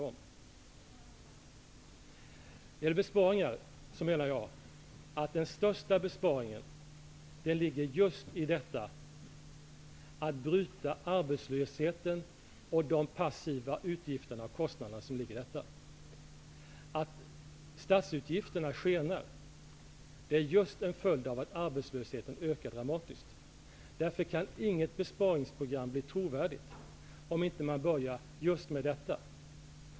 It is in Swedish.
När det gäller besparingar menar jag att den största besparingen ligger i att man bryter arbetslösheten och därmed de passiva utgifterna och kostnaderna som hör ihop med den. Att statsutgifterna skenar är en följd av att arbetslösheten ökar dramatiskt. Därför kan inget besparingsprogram bli trovärdigt om man inte börjar med just detta.